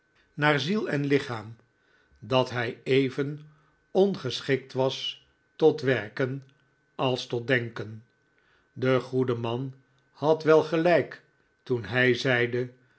naaar ziel en lichaam dat hij even ongeschikt was tot werken als tot denken de goede man had wel gelijk toen hij zeide